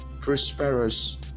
Prosperous